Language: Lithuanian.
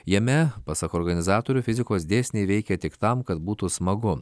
jame pasak organizatorių fizikos dėsniai veikia tik tam kad būtų smagu